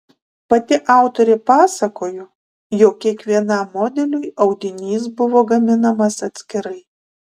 pati autorė pasakojo jog kiekvienam modeliui audinys buvo gaminamas atskirai